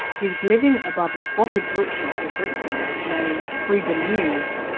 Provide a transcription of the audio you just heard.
he was living above a squatted bookshop in brixton, named freedom news,